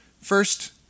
First